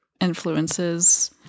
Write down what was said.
influences